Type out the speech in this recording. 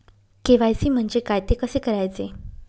KYC म्हणजे काय? ते कसे करायचे?